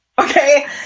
okay